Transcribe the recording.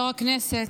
היושב-ראש,